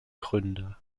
gründer